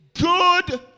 good